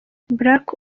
black